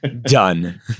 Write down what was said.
done